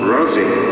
Rosie